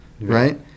right